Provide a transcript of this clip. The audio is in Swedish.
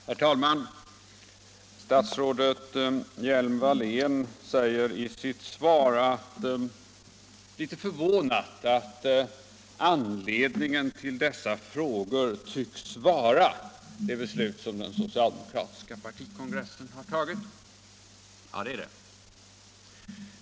Herr talman! Fru statsrådet Hjelm-Wallén säger litet förvånat i sitt svar: ”Anledningen till dessa frågor tycks vara den socialdemokratiska partikongressens beslut att i partiprogrammet ta in ett krav om att samhället övertar produktionen av läromedel.” Ja, det är anledningen.